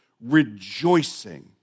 rejoicing